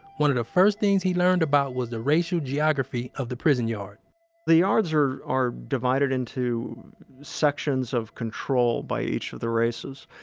one of the first things he learned about was the racial geography of the prison yard the yards are are divided into sections of control by each of the races.